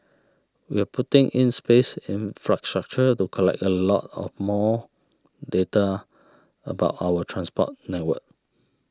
we're putting in place infrastructure to collect a lot of more data about our transport network